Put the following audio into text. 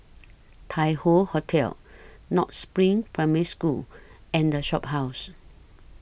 Tai Hoe Hotel North SPRING Primary School and The Shophouse